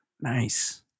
Nice